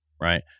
right